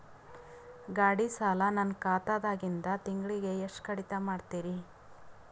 ಗಾಢಿ ಸಾಲ ನನ್ನ ಖಾತಾದಾಗಿಂದ ತಿಂಗಳಿಗೆ ಎಷ್ಟು ಕಡಿತ ಮಾಡ್ತಿರಿ?